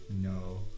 No